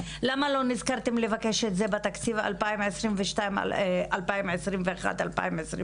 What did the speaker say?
למה לא נזכרתם לבקש את זה בתקציב 2021 2022?